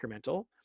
incremental